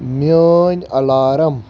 میٲنۍ الارَم